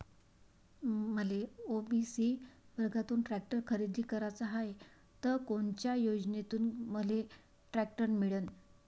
मले ओ.बी.सी वर्गातून टॅक्टर खरेदी कराचा हाये त कोनच्या योजनेतून मले टॅक्टर मिळन?